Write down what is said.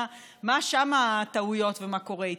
מה שם הטעויות ומה קורה איתן.